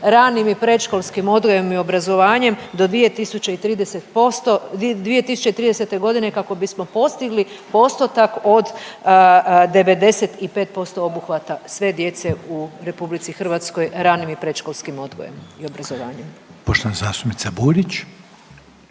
ranim i predškolskim odgojem i obrazovanjem do 2030%, 2030. g. kako bismo postigli postotak od 95% obuhvata sve djece u RH ranim i predškolskim odgojem i obrazovanjem. **Reiner,